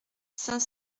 cinq